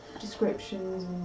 descriptions